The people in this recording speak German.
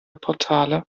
portale